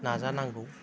नाजानांगौ